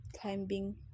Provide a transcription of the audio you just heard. climbing